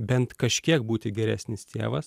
bent kažkiek būti geresnis tėvas